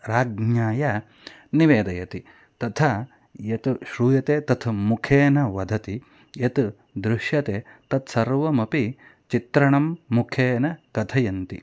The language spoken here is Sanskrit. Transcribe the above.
राज्ञे निवेदयति तथा यत् श्रूयते तत् मुखेन वदति यत् दृश्यते तत्सर्वमपि चित्रणं मुखेन कथयन्ति